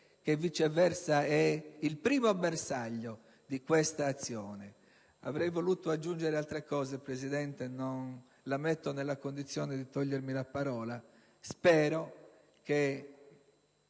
che viceversa è il primo bersaglio di questa azione. Avrei voluto aggiungere qualcos'altro, signor Presidente, ma non intendo metterla nella condizione di togliermi la parola. Spero che